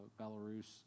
Belarus